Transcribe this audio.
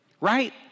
Right